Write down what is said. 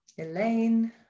Elaine